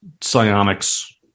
psionics